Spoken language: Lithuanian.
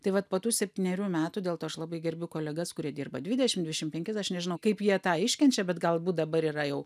tai vat po tų septynerių metų dėl to aš labai gerbiu kolegas kurie dirba dvidešim dvidešim penkis aš nežinau kaip jie tą iškenčia bet galbūt dabar yra jau